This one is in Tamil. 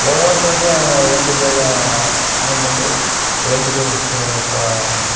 ஒவ்வொருத்தருக்கும் ரெண்டு பேர் அண்ணன் தம்பி ரெண்டு பேர்